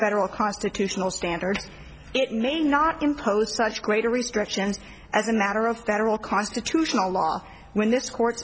federal constitutional standards it may not impose such greater restrictions as a matter of federal constitutional law when this court